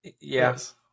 Yes